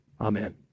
Amen